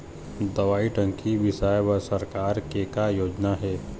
दवई टंकी बिसाए बर सरकार के का योजना हे?